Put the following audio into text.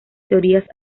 teorías